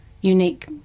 unique